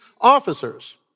officers